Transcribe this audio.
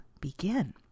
begin